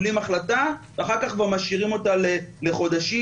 ואחר כך כבר משאירים אותה לחודשים,